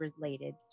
related